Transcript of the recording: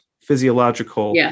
physiological